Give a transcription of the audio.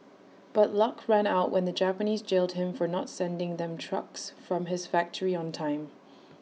but luck ran out when the Japanese jailed him for not sending them trucks from his factory on time